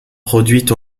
produite